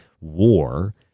war